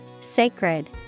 sacred